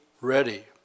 ready